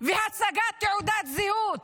ולהצגת תעודת זהות,